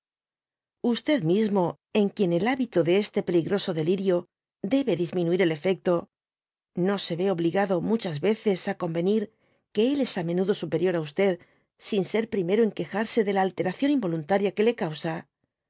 mismo en quien el habito de este peligroso delirí debe disminuir el efecto no se ye obligado muchas yeces á conyenir que él es á menudo superior á sin ser primero en quejarse de la alteración inyoluntaria que le causa